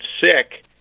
sick